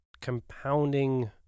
compounding